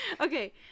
Okay